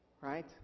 Right